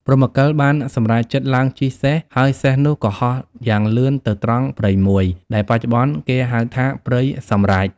ព្រហ្មកិលបានសម្រេចចិត្តឡើងជិះសេះ ហើយសេះនោះក៏ហោះយ៉ាងលឿនទៅត្រង់ព្រៃមួយ ដែលបច្ចុប្បន្នគេហៅថា ព្រៃសម្រេច ។